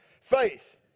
faith